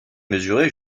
mesurer